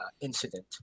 incident